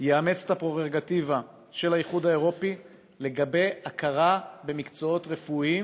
יאמץ את הדירקטיבה של האיחוד האירופי לגבי הכרה במקצועות רפואיים